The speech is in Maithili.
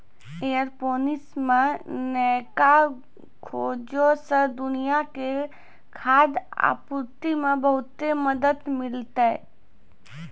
एयरोपोनिक्स मे नयका खोजो से दुनिया के खाद्य आपूर्ति मे बहुते मदत मिलतै